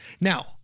Now